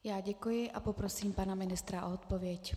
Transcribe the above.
Já děkuji a poprosím pana ministra o odpověď.